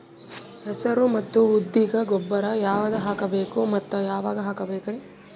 ಹೆಸರು ಮತ್ತು ಉದ್ದಿಗ ಗೊಬ್ಬರ ಯಾವದ ಹಾಕಬೇಕ ಮತ್ತ ಯಾವಾಗ ಹಾಕಬೇಕರಿ?